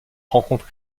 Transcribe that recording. rencontre